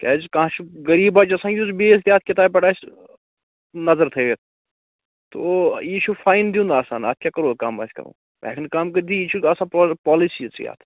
کیٚازِ کانٛہہ چھُ غٔریٖب بَچہِ آسان یُس بیٚیِس بیٛاکھ کِتابہِ پیٚٹھ آسہِ نَظر تھٲوِتھ تو یہِ چھُ فایِن دِیُن آسان اَتھ کیٛاہ کَرو کَم اسہِ کَرُن بہٕ ہیٚکہٕ نہٕ کَم کٔرۍتھٕے یہِ چھُ آسان پا پوٚلیسی یِژھٕے اَتھ